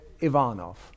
Ivanov